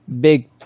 Big